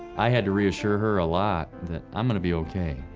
i had to reassure her a lot that i'm going to be okay.